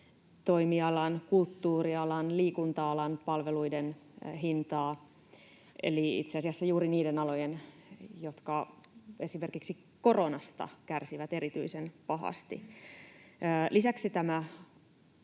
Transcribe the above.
liikennetoimialan, kulttuurialan ja liikunta-alan palveluiden hintaa eli itse asiassa juuri niiden alojen, jotka esimerkiksi koronasta kärsivät erityisen pahasti. Lisäksi tämä